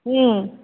कि